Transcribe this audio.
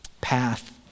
path